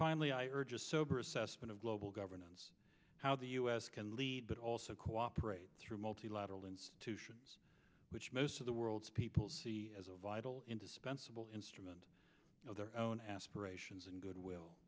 finally i urge a sober assessment of global governance how the u s can lead but also cooperate through multilateral institutions which most of the world's people see as a vital indispensable instrument of their own aspirations and goodwill